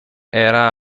era